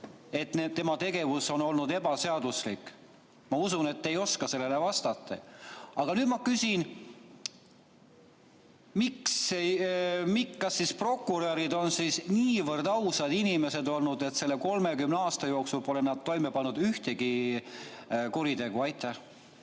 tema tegevus on olnud ebaseaduslik? Ma usun, et te ei oska sellele vastata. Aga nüüd ma küsin: kas prokurörid on niivõrd ausad inimesed, et selle 30 aasta jooksul nad polegi toime pannud ühtegi kuritegu?